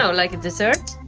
so like a dessert?